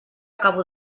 acabo